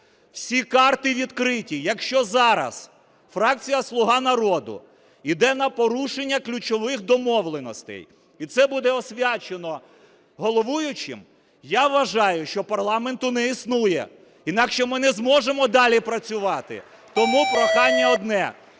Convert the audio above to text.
Всі карти відкриті. Якщо зараз фракція "Слуга народу" іде на порушення ключових домовленостей, і це буде "освячено" головуючим, я вважаю, що парламенту не існує, інакше ми не зможемо далі працювати. Тому прохання одне.